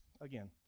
again